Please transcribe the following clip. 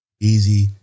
Easy